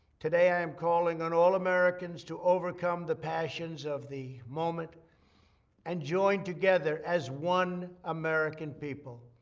today, i am calling on all americans to overcome the passions of the moment and join together as one american people.